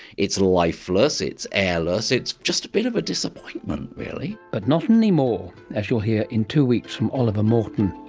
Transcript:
it's lifeless, it's airless, it's just a bit of a disappointment really. but not anymore, as you'll hear in two weeks from oliver morton